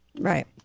Right